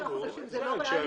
שלושה חודשים זה לא ריאלי.